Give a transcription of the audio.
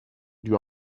you